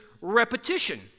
repetition